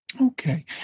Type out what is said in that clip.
Okay